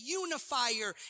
unifier